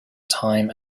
time